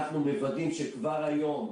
אנחנו מוודאים שכבר היום,